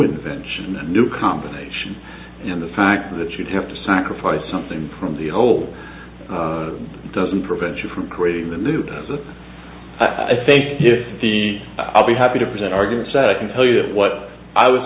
invention a new combination in the fact that you have to sacrifice something from the old doesn't prevent you from creating the new i think if the i'll be happy to present arguments that i can tell you that what i was